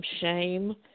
shame